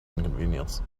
inconvenience